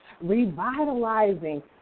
revitalizing